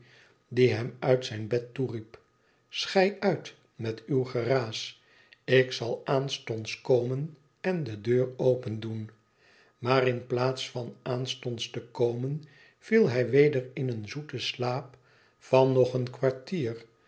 die hem uit zijn bed toeriep i schei uit met uw geraas ik zal aanstonds komen en de deur opendoen maar in plaats van aanstonds te komen viel hij weder in een zoeten slaap van nog een kwartier